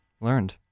learned